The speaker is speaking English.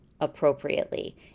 appropriately